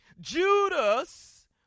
Judas